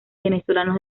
venezolanos